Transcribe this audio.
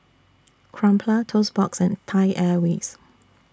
Crumpler Toast Box and Thai Airways